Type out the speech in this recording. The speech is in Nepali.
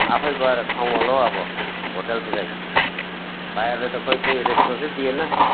आफै गएर खाउँ होला हौ अब होटलतिरै भाइहरूले त खोइ कोही रेस्पोन्सै दिएन